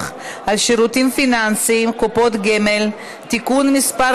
על שירותים פיננסיים (קופות גמל) (תיקון מס'